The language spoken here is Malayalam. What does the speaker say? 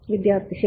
വിദ്യാർത്ഥി ശരി